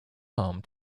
home